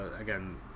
again